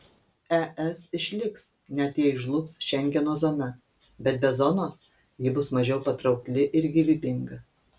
es išliks net jei žlugs šengeno zona bet be zonos ji bus mažiau patraukli ir gyvybinga